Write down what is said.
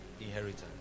Inheritance